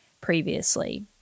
previously